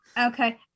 Okay